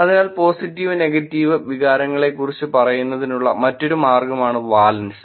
അതിനാൽ positive negative വികാരങ്ങളെക്കുറിച്ച് പറയുന്നതിനുള്ള മറ്റൊരു മാർഗമാണ് വാലൻസ്